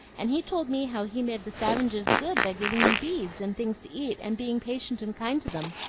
and he told me how he made the savinges good by giving them beads, and things to eat, and being patient and kind to them.